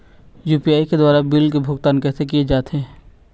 UPI के द्वारा bill के भुगतान कैसे किया जाथे?